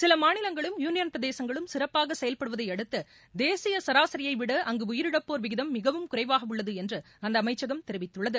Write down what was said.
சில மாநிலங்களும் யுனியன் பிரதேசங்களும் சிறப்பாக செயல்படுவதை அடுத்து தேசிய சராசியைவிட அங்கு உயிரிழப்போர் விகிதம் மிகவும் குறைவாக உள்ளது என்று அந்த அமைச்சகம் தெரிவித்துள்ளது